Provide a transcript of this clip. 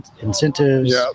incentives